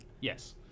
Yes